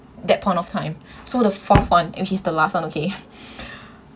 that point of time so the fourth one which is the last one okay